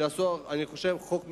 שעשו חוק מצוין.